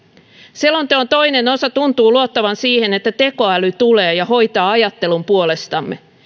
selonteon toinen osa tuntuu luottavan siihen että tekoäly tulee ja hoitaa ajattelun puolestamme